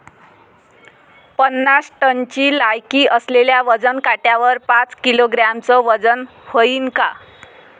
पन्नास टनची लायकी असलेल्या वजन काट्यावर पाच किलोग्रॅमचं वजन व्हईन का?